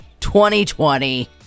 2020